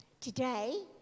today